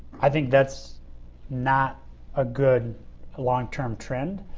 i think that's not a good long-term trend.